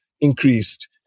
increased